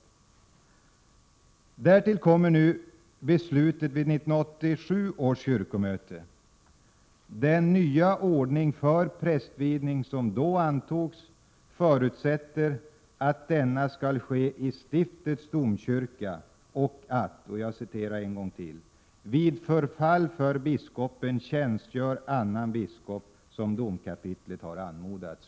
Därtill kommer nu beslutet vid 1987 års kyrkomöte. Den nya ordning för prästvigning som då antogs förutsätter att denna skall ske i stiftets domkyrka och att ”vid förfall för biskopen tjänstgör annan biskop som domkapitlet har anmodat”.